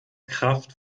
kraft